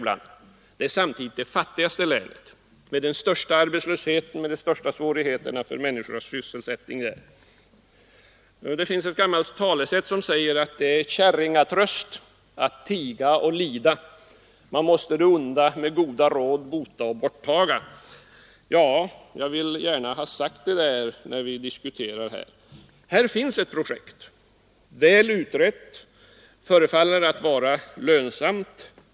Men det är samtidigt det fattigaste länet, med den största arbetslösheten och de värsta svårigheterna för människor att få sysselsättning. Det finns ett gammalt talesätt som säger att det är ”käringatröst att tiga och lida; man måste det onda med goda råd bota och borttaga”. Jag vill gärna ha sagt detta när vi diskuterar Stålverk 80. Här finns ett väl utrett projekt, som förefaller att bli lönsamt.